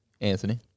anthony